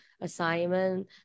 assignment